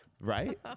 right